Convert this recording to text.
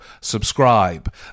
subscribe